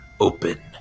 open